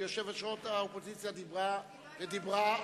כשיושבת-ראש האופוזיציה דיברה ודיברה,